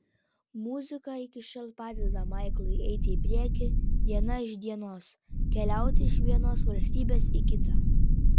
muzika iki šiol padeda maiklui eiti į priekį diena iš dienos keliauti iš vienos valstybės į kitą